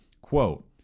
Quote